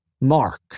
mark